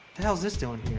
the hell's this doing